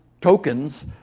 tokens